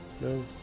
No